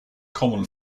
common